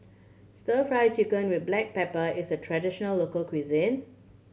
Stir Fry Chicken with black pepper is a traditional local cuisine